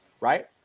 right